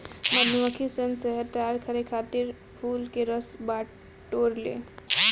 मधुमक्खी सन शहद तैयार करे खातिर फूल के रस बटोरे ले